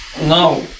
No